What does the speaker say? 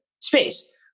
space